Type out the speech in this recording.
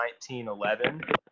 1911